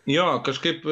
jo kažkaip